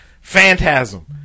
Phantasm